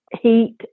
heat